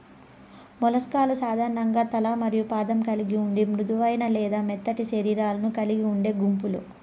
mollusc లు సాధారణంగా తల మరియు పాదం కలిగి ఉండి మృదువైన లేదా మెత్తటి శరీరాలను కలిగి ఉండే గుంపులు